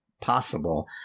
possible